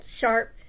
sharp